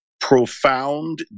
profound